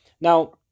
now